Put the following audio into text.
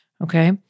okay